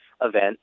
event